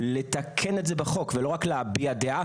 לתקן את זה בחוק ולא רק להביע דעה,